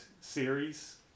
series